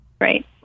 Right